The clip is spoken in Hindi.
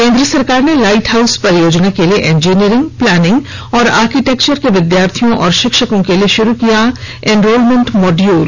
केंद्र सरकार ने लाईट हॉउस परियोजना के लिए इंजीनियरिंग प्लानिंग और आर्किटेक्चर के विद्यार्थियों और शिक्षकों के लिए शुरू किया एनरोलमेंट मॉड्यूल